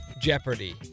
Jeopardy